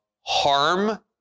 harm